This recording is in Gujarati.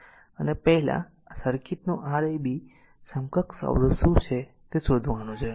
અને પહેલા આ સર્કિટનો Rab સમકક્ષ અવરોધ શું છે તે શોધવાનું છે